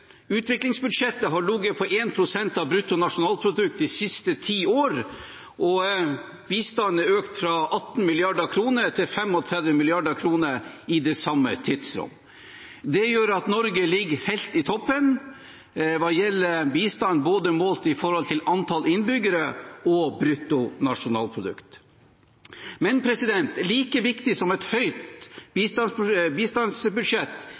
Utviklingsbudsjettet har ligget på 1 pst. av bruttonasjonalprodukt de siste ti år, og bistanden er økt fra 18 mrd. kr til 35 mrd. kr i det samme tidsrom. Det gjør at Norge ligger helt i toppen hva gjelder bistand, målt etter både antall innbyggere og bruttonasjonalprodukt. Men like viktig som et høyt bistandsbudsjett